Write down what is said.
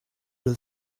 were